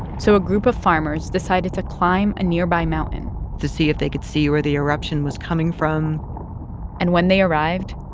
so a group of farmers decided to climb a nearby mountain to see if they could see where the eruption was coming from and when they arrived,